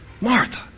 Martha